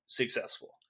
successful